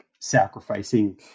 sacrificing